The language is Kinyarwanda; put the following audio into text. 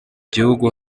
gihugu